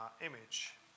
image